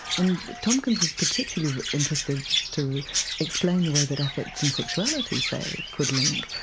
and tomkins was particularly interested to explain the way that affects and sexuality, say, could link.